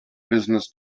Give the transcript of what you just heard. business